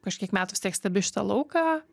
kažkiek metų vis tiek stebi šitą lauką